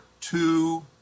two